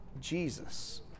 Jesus